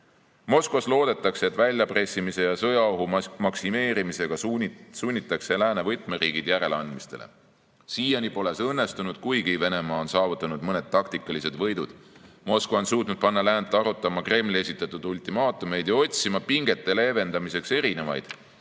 loodetakse, et väljapressimise ja sõjaohu maksimeerimisega sunnitakse lääne võtmeriigid järeleandmistele. Siiani pole see õnnestunud, kuigi Venemaa on saavutanud mõned taktikalised võidud. Moskva on suutnud panna läänt arutama Kremli esitatud ultimaatumeid ja otsima pingete leevendamiseks erinevaidad